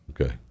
Okay